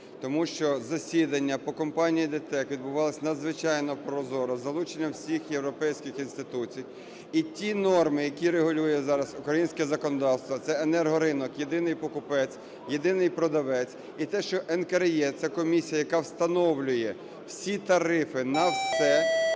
тому що засідання по компанії ДТЕК відбувалось надзвичайно прозоро, із залученням всіх європейських інституцій, і ті норми, які регулює зараз українське законодавство - це енергоринок, єдиний покупець, єдиний продавець, - і те, що НКРЕ – це комісія, яка встановлює всі тарифи на все,